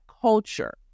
culture